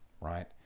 right